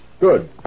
Good